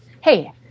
hey